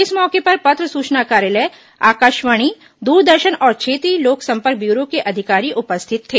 इस मौके पर पत्र सूचना कार्यालय आकाशवाणी दूरदर्शन और क्षेत्रीय लोकसंपर्क ब्यूरो के अधिकारी उपरिथत थे